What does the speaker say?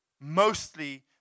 mostly